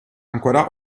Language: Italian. ancora